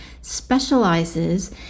specializes